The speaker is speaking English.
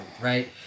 right